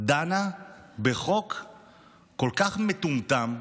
דנה בחוק כל כך מטומטם,